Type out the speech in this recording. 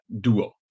duo